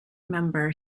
member